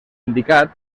indicat